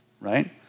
right